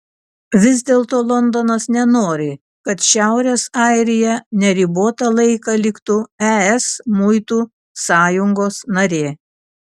vis dėlto londonas nenori kad šiaurės airija neribotą laiką liktų es muitų sąjungos narė